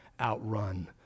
outrun